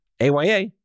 AYA